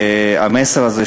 והמסר הזה,